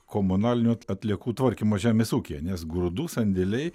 komunalinių atliekų tvarkymo žemės ūkyje nes grūdų sandėliai